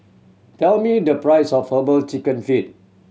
tell me the price of Herbal Chicken Feet